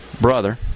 brother